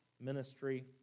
ministry